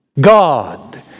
God